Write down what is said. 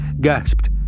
gasped